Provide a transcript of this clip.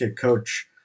Coach